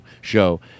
show